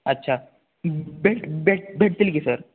अच्छा भेट भेट भेटतील की सर